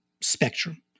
spectrum